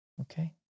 Okay